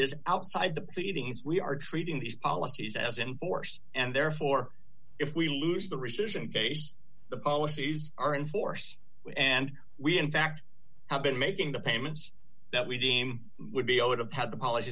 is outside the pleadings we are treating these policies as enforced and therefore if we lose the rescission case the policies are in force and we in fact have been making the payments that we deem would be i would have had the policy